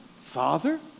Father